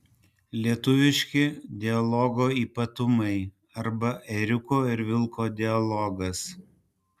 lietuviški dialogo ypatumai arba ėriuko ir vilko dialogas